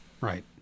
right